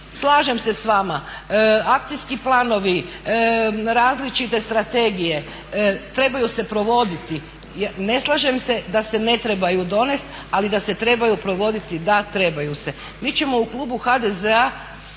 slažem se s vama akcijski planovi, različite strategije. Trebaju se provoditi. Ne slažem se da se ne trebaju donest ali da se trebaju provoditi da, trebaju se. Mi ćemo u klubu HDZ-a